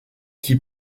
qui